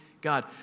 God